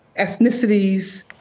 ethnicities